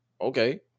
okay